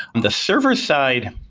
the server-side,